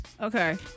Okay